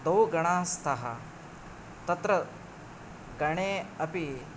द्वौ गणौ स्तः तत्र गणे अपि